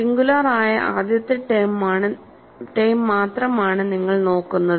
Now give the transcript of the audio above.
singular ആയ ആദ്യത്തെ term മാത്രമാണ് നിങ്ങൾ നോക്കുന്നത്